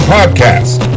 Podcast